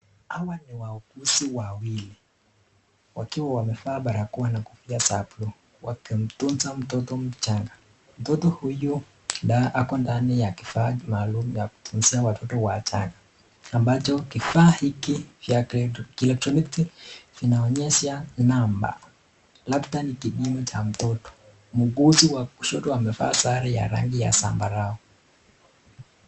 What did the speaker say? Hawa ni wauguzi wawili wakiwa wamevaa barakoa na kofia za buluu wakimtunza watoto wachanga. Mtoto huyu ako ndani ya kifaa maalum ya kumtunzia mtoto mchanga. Ambacho kifaa hichi cha elektroniki inaonyesha nambari. Labda ni kipimo cha mtoto. Muuguzi wa kushoto amevaa sare ya rangi ya sambarau.